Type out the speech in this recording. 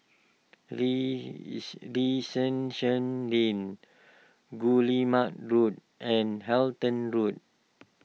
Lane Guillemard Road and Halton Road